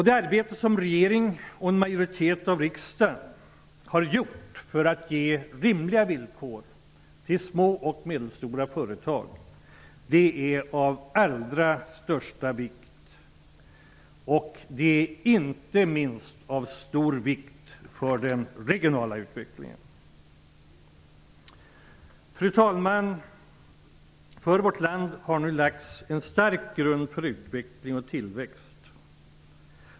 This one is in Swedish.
Det arbete som regeringen och en majoritet i riksdagen har gjort för att ge rimliga villkor för små och medelstora företag är av allra största vikt. Det är inte minst av stor vikt för den regionala utvecklingen. Fru talman! För vårt land har nu lagts en stark grund för utveckling och tillväxt.